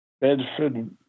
Bedford